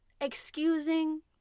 excusing